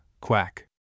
Quack